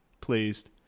pleased